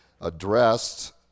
addressed